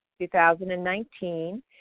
2019